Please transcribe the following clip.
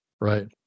right